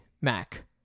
Mac